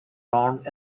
round